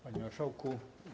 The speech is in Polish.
Panie Marszałku!